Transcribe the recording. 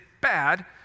bad